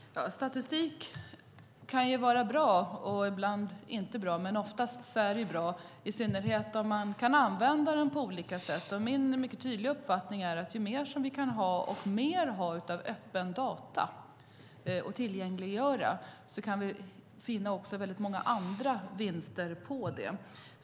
Fru talman! Statistik kan vara bra, men ibland är den inte bra. Oftast är den dock bra, i synnerhet om man kan använda den på olika sätt. Min mycket tydliga uppfattning är att om vi kan få mer av öppna data och tillgänglighet kan vi också göra väldigt många andra vinster på det.